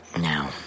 Now